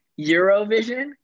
Eurovision